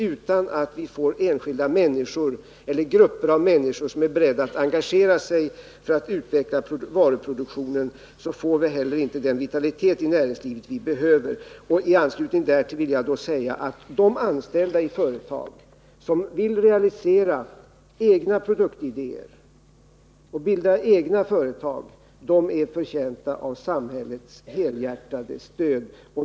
Utan att vi får enskilda människor eller grupper av människor som är beredda att engagera sig för att utveckla varuproduktionen får vi heller inte den vitalitet i näringslivet som vi behöver. I anslutning härtill vill jag säga att de anställda som vill realisera egna produktidéer och bilda egna företag är förtjänta av samhällets helhjärtade stöd.